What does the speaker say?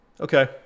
Okay